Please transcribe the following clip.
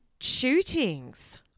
shootings